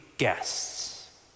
guests